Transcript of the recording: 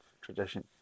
tradition